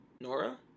Nora